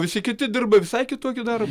visi kiti dirba visai kitokį dar